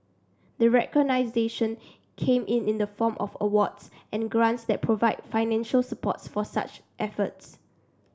the recognition came in in the form of awards and grants that provide financial supports for such efforts